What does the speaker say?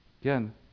Again